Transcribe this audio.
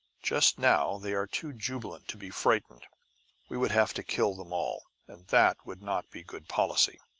just now, they are too jubilant to be frightened we would have to kill them all, and that would not be good policy.